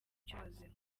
cy’ubuzima